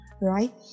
right